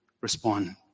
respond